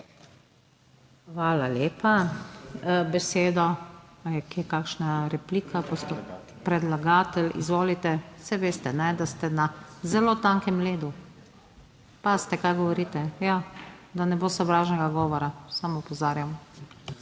Hvala lepa. Besedo? Ali je kje kakšna replika? Predlagatelj, izvolite. Saj veste, da ste na zelo tankem ledu, pazite kaj govorite! Ja, da ne bo sovražnega govora, samo opozarjam.